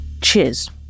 Cheers